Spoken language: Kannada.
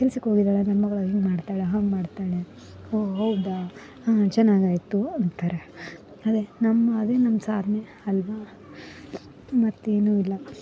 ಕೆಲ್ಸಕ್ಕೆ ಹೋಗಿದ್ದಾಳೆ ನನ್ನ ಮಗಳು ಹಿಂಗ ಮಾಡ್ತಾಳೆ ಹಂಗ ಮಾಡ್ತಾಳೆ ಓಹ್ ಹೌದ ಚೆನ್ನಾಗಾಯಿತು ಅಂತಾರೆ ಅದೆ ನಮ್ಮ ಅದೆ ನಮ್ಮ ಸಾಧ್ನೆ ಅಲ್ಲವಾ ಮತ್ತೇನು ಇಲ್ಲ